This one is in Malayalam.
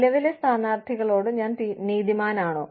നിലവിലെ സ്ഥാനാർത്ഥികളോട് ഞാൻ നീതിമാനാണോ